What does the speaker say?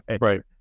Right